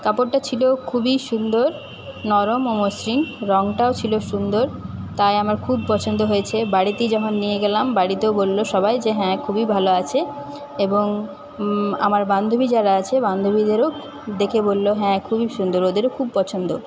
কাপড়টা ছিল খুবই সুন্দর নরম ও মসৃণ রংটাও ছিল সুন্দর তাই আমার খুব পছন্দ হয়েছে বাড়িতে যখন নিয়ে গেলাম বাড়িতেও বললো সবাই যে হ্যাঁ খুবই ভালো আছে এবং আমার বান্ধবী যারা আছে বান্ধবীদেরও দেখে বললো হ্যাঁ খুবই সুন্দর ওদেরও খুব পছন্দ